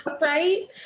right